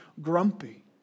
grumpy